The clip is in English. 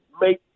make